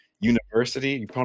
University